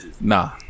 Nah